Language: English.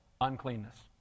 Uncleanness